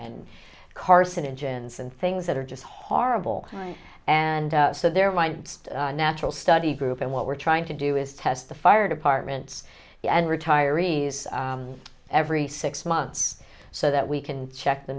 and carcinogens and things that are just horrible and so their minds natural study group and what we're trying to do is test the fire departments and retiree's every six months so that we can check the